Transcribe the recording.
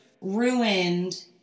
ruined